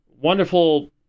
wonderful